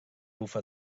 bufa